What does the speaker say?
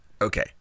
Okay